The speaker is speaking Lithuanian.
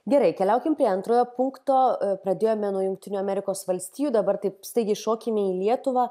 gerai keliaukim prie antrojo punkto pradėjome nuo jungtinių amerikos valstijų dabar taip staigiai šokime į lietuvą